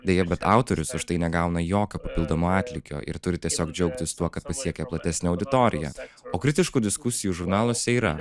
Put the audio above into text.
deja bet autorius už tai negauna jokio papildomo atlygio ir turi tiesiog džiaugtis tuo kad pasiekė platesnę auditoriją o kritiškų diskusijų žurnaluose yra